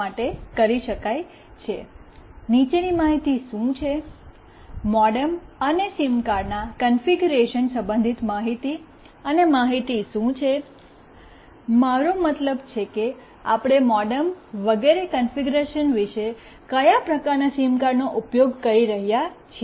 નીચેની માહિતી શું છે મોડેમ અને સિમકાર્ડ ના કન્ફિગરેશન સંબંધિત માહિતી અને માહિતી શું છે મારો મતલબ કે આપણે મોડેમ વગેરે કન્ફિગરેશન વિશે કયા પ્રકારનાં સિમકાર્ડનો ઉપયોગ કરી રહ્યા છીએ